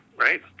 right